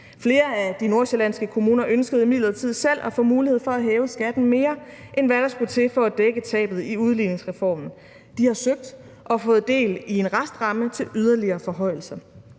Flere af de nordsjællandske kommuner ønskede imidlertid selv at få mulighed for at hæve skatten mere, end hvad der skulle til for at dække tabet i udligningsreformen. De har søgt og fået del i en restramme til yderligere forhøjelser.